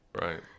Right